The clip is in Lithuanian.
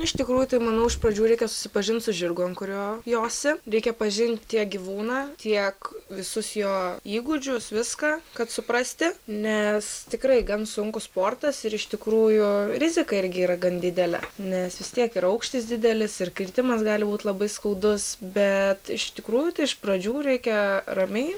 iš tikrųjų tai manau iš pradžių reikia susipažint su žirgu ant kurio josi reikia pažint tiek gyvūną tiek visus jo įgūdžius viską kad suprasti nes tikrai gan sunkus sportas ir iš tikrųjų rizika irgi yra gan didelė nes vis tiek ir aukštis didelis ir kritimas gali būt labai skaudus bet iš tikrųjų tai iš pradžių reikia ramiai